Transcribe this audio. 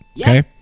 Okay